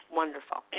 wonderful